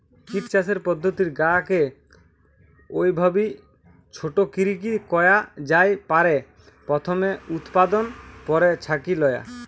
kit চাষের পদ্ধতির গা কে অউভাবি ছোট করিকি কয়া জাই পারে, প্রথমে উতপাদন, পরে ছাকি লয়া